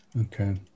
Okay